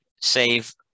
save